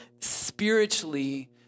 spiritually